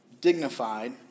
dignified